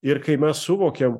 ir kai mes suvokiam